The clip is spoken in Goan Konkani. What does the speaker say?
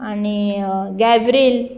आनी गॅब्रील